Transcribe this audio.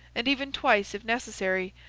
and even twice if necessary,